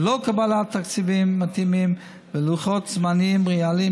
ללא קבלת תקציבים מתאימים ולוחות זמנים ריאליים